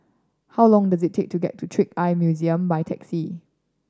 how long does it take to get to Trick Eye Museum by taxi